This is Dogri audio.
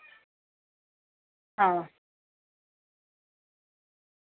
आं